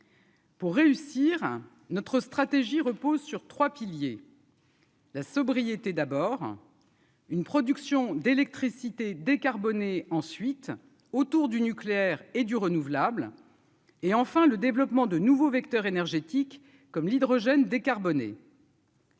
Pour réussir notre stratégie repose sur 3 piliers. La sobriété d'abord une production d'électricité décarbonnée ensuite autour du nucléaire et du renouvelable et enfin le développement de nouveaux vecteurs énergétiques comme l'hydrogène décarboné.